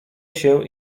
się